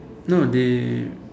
no they